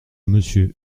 monsieur